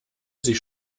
sich